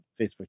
facebook